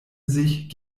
sich